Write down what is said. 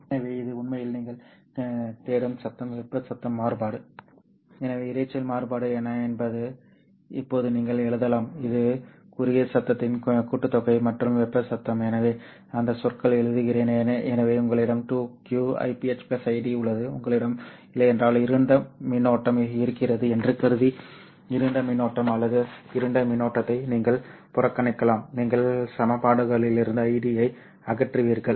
எனவே இது உண்மையில் நீங்கள் தேடும் சத்தம் வெப்ப சத்தம் மாறுபாடு எனவே இரைச்சல் மாறுபாடு என்ன என்பதை இப்போது நீங்கள் எழுதலாம் இது குறுகிய சத்தத்தின் கூட்டுத்தொகை மற்றும் வெப்ப சத்தம் எனவே அந்த சொற்களை எழுதுகிறேன் எனவே உங்களிடம் 2q Iph Id உள்ளது உங்களிடம் இல்லையென்றால் இருண்ட மின்னோட்டம் இருக்கிறது என்று கருதி இருண்ட மின்னோட்டம் அல்லது இருண்ட மின்னோட்டத்தை நீங்கள் புறக்கணிக்கலாம் நீங்கள் சமன்பாடுகளிலிருந்து Id யை அகற்றுவீர்கள்